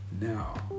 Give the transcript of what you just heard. Now